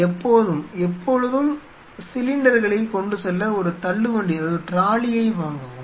எப்போதும் எப்பொழுதும் சிலிண்டர்களை கொண்டு செல்ல ஒரு தள்ளுவண்டியை வாங்கவும்